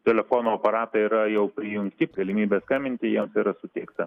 telefono aparatai yra jau prijungti galimybė skambinti jiems yra suteikta